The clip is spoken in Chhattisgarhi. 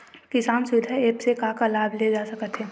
किसान सुविधा एप्प से का का लाभ ले जा सकत हे?